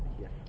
Yes